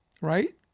right